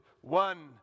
one